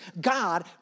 God